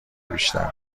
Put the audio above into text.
بیشتر